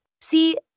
See